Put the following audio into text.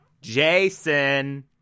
Jason